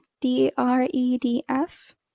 D-R-E-D-F